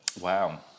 Wow